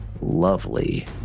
lovely